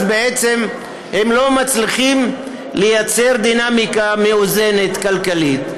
בעצם הם לא מצליחים לייצר דינמיקה מאוזנת כלכלית.